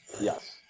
Yes